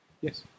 Yes